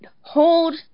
hold